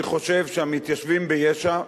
אני חושב שהמתיישבים ביש"ע,